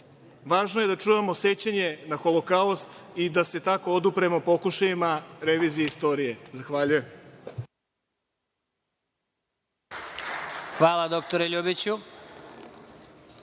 Važno je da čuvamo sećanje na Holokaust i da se tako odupremo pokušajima revizije istorije. Zahvaljujem. **Vladimir